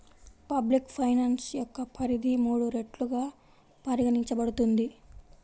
public finance యొక్క పరిధి మూడు రెట్లుగా పరిగణించబడుతుంది